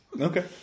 Okay